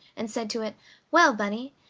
and said to it well, bunny,